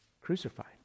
crucified